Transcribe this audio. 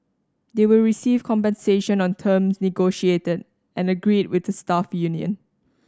they will receive compensation on terms negotiated and agreed with the staff union